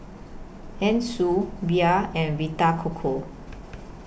Anna Sui Bia and Vita Coco